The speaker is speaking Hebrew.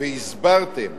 והסברתם